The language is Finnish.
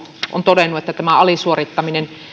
on todennut että tämä alisuorittaminen